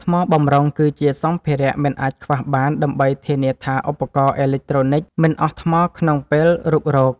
ថ្មបម្រុង គឺជាសម្ភារៈមិនអាចខ្វះបាន ដើម្បីធានាថាឧបករណ៍អេឡិចត្រូនិចមិនអស់ថ្មក្នុងពេលរុករក។